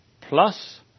plus